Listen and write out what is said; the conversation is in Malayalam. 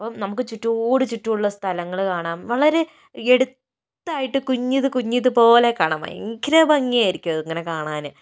അപ്പം നമുക്ക് ചുറ്റോട് ചുറ്റുമുള്ള സ്ഥലങ്ങൾ കാണാം വളരെ അടുത്തായിട്ട് കുഞ്ഞ് ഇത് കുഞ്ഞ് ഇത് പോലെ കാണാം ഭയങ്കര ഭംഗി ആയിരിക്കും അത് ഇങ്ങനെ കാണാൻ